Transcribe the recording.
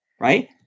right